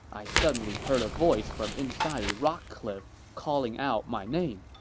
i suddenly heard a voice from inside a rock cliff calling out my name,